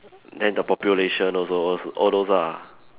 then the population also als~ all those lah